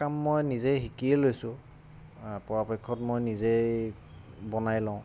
কাম মই নিজেই শিকিয়ে লৈছোঁ পৰাপক্ষত মই নিজেই বনাই লওঁ